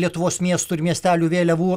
lietuvos miestų ir miestelių vėliavų